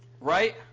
Right